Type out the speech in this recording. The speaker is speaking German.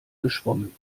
geschwommen